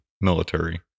military